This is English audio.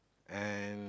and